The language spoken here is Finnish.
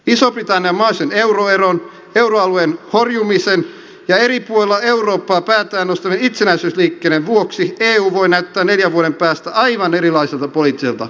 iso britannian mahdollisen eu eron euroalueen horjumisen ja eri puolella eurooppaa päätään nostavien itsenäisyysliikkeiden vuoksi eu voi näyttää neljän vuoden päästä aivan erilaiselta poliittiselta yhteisöltä